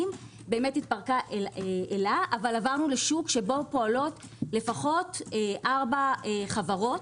התפרקה אל"ה אבל עברנו לשוק שבו פועלות לפחות ארבע חברות.